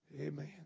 Amen